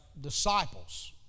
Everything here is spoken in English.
disciples